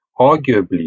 arguably